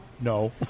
No